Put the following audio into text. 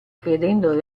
credendo